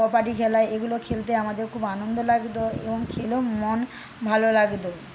কবাডি খেলা এগুলো খেলতে আমাদের খুব আনন্দ লাগতো এবং খেলেও মন ভালো লাগতো